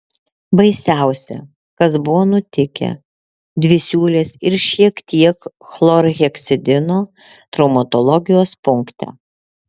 baisiausia kas buvo nutikę dvi siūlės ir šiek tiek chlorheksidino traumatologijos punkte